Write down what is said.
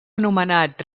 anomenat